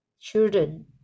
children